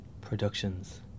productions